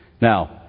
Now